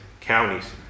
counties